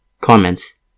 Comments